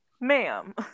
Ma'am